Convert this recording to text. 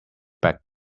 back